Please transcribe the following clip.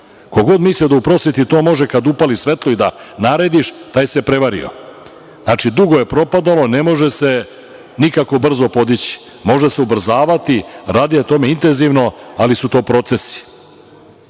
Ko god misli da u prosveti to može kada upali svetlo i da narediš, taj se prevario. Znači, dugo je propadalo, ne može se nikako brzo podići, može se ubrzavati, rad je na tome intenzivan, ali su to procesi.I,